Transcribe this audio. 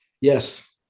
Yes